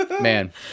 Man